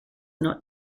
not